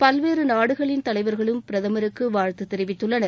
பல்வேறு நாடுகளின் தலைவர்களும் பிரதமருக்கு வாழ்த்து தெரிவித்துள்ளனர்